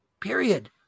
period